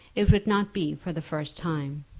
it would not be for the first time.